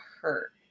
hurt